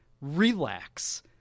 Relax